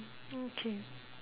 okay